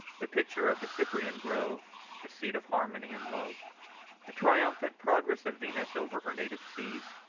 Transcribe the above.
the picture of the cyprian grove, the seat of harmony and love the triumphant progress of venus over her native seas,